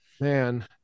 man